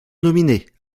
nominés